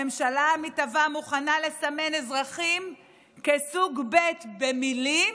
הממשלה המתהווה מוכנה לסמן אזרחים כסוג ב' במילים,